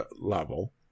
level